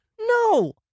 No